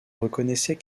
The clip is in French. reconnaissait